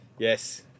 Yes